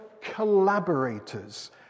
collaborators